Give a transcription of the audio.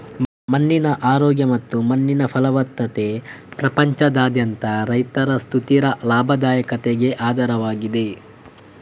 ಮಣ್ಣಿನ ಆರೋಗ್ಯ ಮತ್ತು ಮಣ್ಣಿನ ಫಲವತ್ತತೆ ಪ್ರಪಂಚದಾದ್ಯಂತ ರೈತರ ಸುಸ್ಥಿರ ಲಾಭದಾಯಕತೆಗೆ ಆಧಾರವಾಗಿದೆ